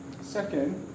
second